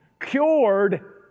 cured